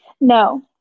No